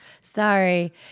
Sorry